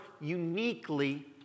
uniquely